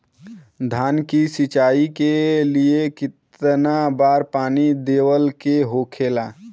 धान की सिंचाई के लिए कितना बार पानी देवल के होखेला?